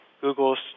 Google's